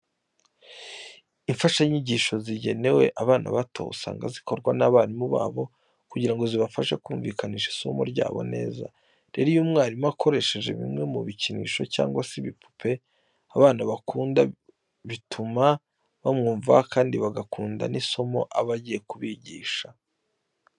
Imfashanyigisho zigenewe abana bato usanga zikorwa n'abarimu babo kugira ngo zibafashe kumvikanisha isomo ryabo neza. Rero iyo umwarimu akoresheje bimwe mu bikinisho cyangwa se ibipupe abana bakunda bituma bamwumva kandi bagakunda n'isomo aba agiye kubigisha.